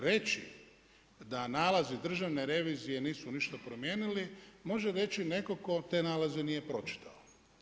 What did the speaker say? Reći da nalazi Državne revizije nisu ništa promijenili može reći netko tko te nalaze nije pročitao.